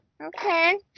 okay